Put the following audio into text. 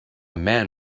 man